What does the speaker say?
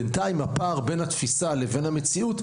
בינתיים הפער בין התפיסה לבין המציאות,